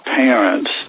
parents